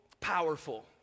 powerful